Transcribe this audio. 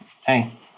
Hey